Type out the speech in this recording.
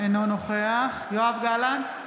אינו נוכח יואב גלנט,